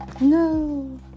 No